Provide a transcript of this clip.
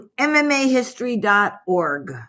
MMAhistory.org